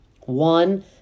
one